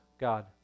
God